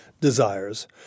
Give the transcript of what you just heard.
desires